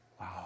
Wow